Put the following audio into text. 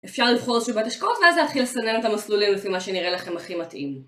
אפשר לבחור לפי בית השקעות ואז להתחיל לסנן את המסלולים לפי מה שנראה לכם הכי מתאים